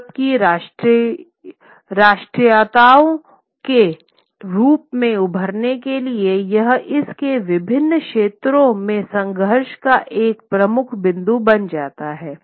Europe की राष्ट्रीयताओं के रूप में उभरने के लिए यह इस के विभिन्न क्षेत्रों में संघर्ष का एक प्रमुख बिंदु बन जाता है